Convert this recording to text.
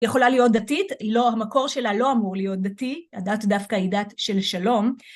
יכולה להיות דתית, המקור שלה לא אמור להיות דתי, הדת דווקא היא דת של שלום.